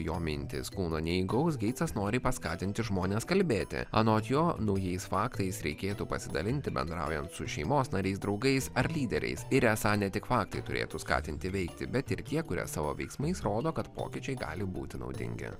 jo mintis kūno neįgaus geitsas nori paskatinti žmones kalbėti anot jo naujais faktais reikėtų pasidalinti bendraujant su šeimos nariais draugais ar lyderiais ir esą ne tik faktai turėtų skatinti veikti bet ir tie kurie savo veiksmais rodo kad pokyčiai gali būti naudingi